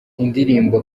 indirimbo